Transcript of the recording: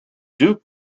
duke